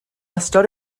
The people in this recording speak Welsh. ystod